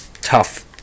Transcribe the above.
tough